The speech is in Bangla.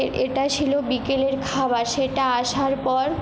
এটা ছিল বিকেলের খাবার সেটা আসার পর